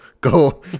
go